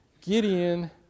Gideon